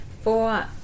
four